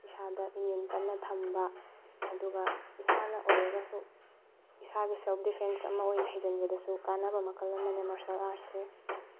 ꯏꯁꯥꯗ ꯏꯃ꯭ꯌꯨꯟ ꯀꯟꯅ ꯊꯝꯕ ꯑꯗꯨꯒ ꯏꯁꯥꯅ ꯑꯣꯏꯔꯒꯁꯨ ꯏꯁꯥꯗ ꯁꯦꯜꯐ ꯗꯦꯐꯦꯟꯁ ꯑꯃ ꯑꯣꯏꯅ ꯍꯩꯖꯤꯟꯕꯗꯁꯨ ꯀꯥꯟꯅꯕ ꯃꯈꯜ ꯑꯃꯅꯦ ꯃꯥꯔꯁꯦꯜ ꯑꯥꯔꯠꯁꯁꯤ